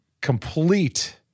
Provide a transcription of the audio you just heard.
complete –